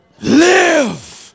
live